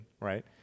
right